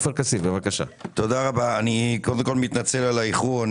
אני מתנצל על האיחור.